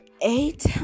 eight